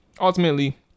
ultimately